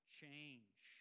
change